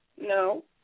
No